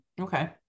Okay